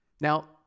Now